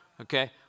Okay